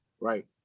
Right